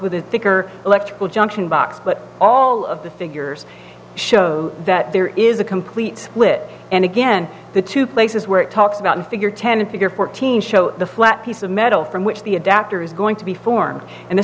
with a stick or electrical junction box but all of the figures show that there is a complete wit and again the two places where it talks about a figure tendency or fourteen show the flat piece of metal from which the adapter is going to be formed in a